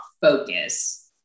focus